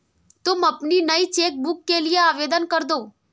तुम अपनी नई चेक बुक के लिए आवेदन करदो